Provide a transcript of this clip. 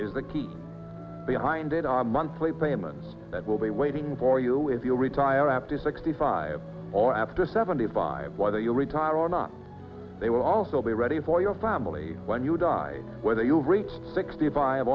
is the key behind in our monthly payments that will be waiting for you if you retire after sixty five all after seventy five whether you retire or not they will also be ready for your family when you die whether you'll reach sixty five